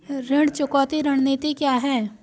ऋण चुकौती रणनीति क्या है?